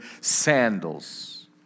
sandals